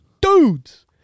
Dudes